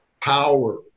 power